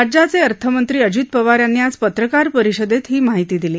राज्याचे अर्थमंत्री अजित पवार यांनी आज पत्रकार परिषदेत ही माहिती दिली